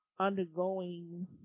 undergoing